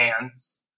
hands